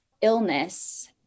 illness